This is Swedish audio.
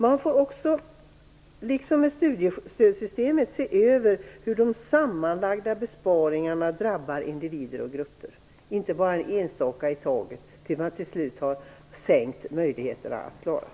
Man måste också se över hur de sammanlagda besparingarna, liksom studiestödssystemet, drabbar individer och grupper. Man kan inte bara ta en sak i taget tills alla möjligheter för människor att klara sig är borta.